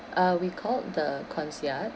uh we called the concierge